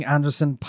Anderson